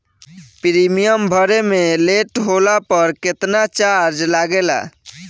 Premium भरे मे late होला पर केतना चार्ज लागेला?